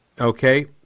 okay